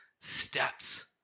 steps